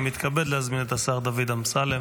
אני מתכבד להזמין את השר דוד אמסלם